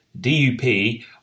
DUP